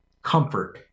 comfort